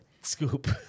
Scoop